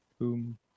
boom